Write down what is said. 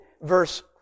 verse